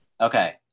okay